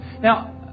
Now